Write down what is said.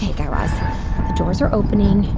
guy raz. the doors are opening.